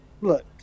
look